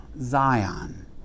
Zion